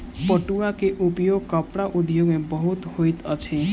पटुआ के उपयोग कपड़ा उद्योग में बहुत होइत अछि